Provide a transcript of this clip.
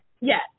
Yes